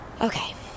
Okay